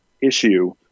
issue